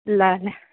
ल ल